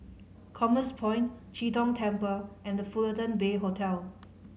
Commerce Point Chee Tong Temple and The Fullerton Bay Hotel